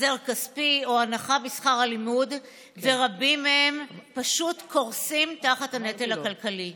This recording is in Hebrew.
החזר כספי או הנחה בשכר הלימוד רבים מהם פשוט קורסים תחת הנטל הכלכלי.